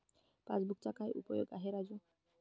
पासबुकचा काय उपयोग आहे राजू?